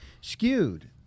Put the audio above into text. skewed